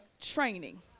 training